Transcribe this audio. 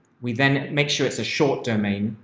we then make sure it's a short domain,